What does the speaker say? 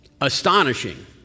Astonishing